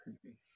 creepy